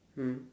mm